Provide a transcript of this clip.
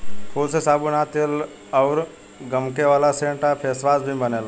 फूल से साबुन आ तेल अउर गमके वाला सेंट आ फेसवाश भी बनेला